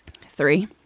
Three